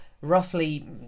roughly